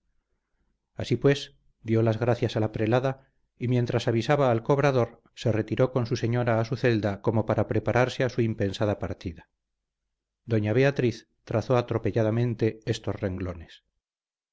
así pues dio las gracias a la prelada y mientras avisaba al cobrador se retiró con su señora a su celda como para prepararse a su impensada partida doña beatriz trazó atropelladamente estos renglones